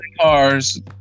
cars